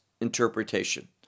interpretation